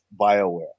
bioware